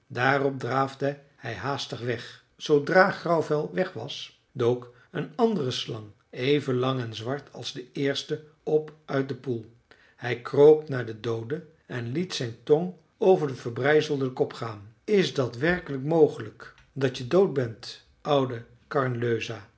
daarop draafde hij haastig weg zoodra grauwvel weg was dook een andere slang even lang en zwart als de eerste op uit den poel hij kroop naar de doode en liet zijn tong over den verbrijzelden kop gaan is dat werkelijk mogelijk dat je dood bent oude